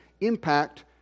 impact